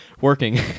working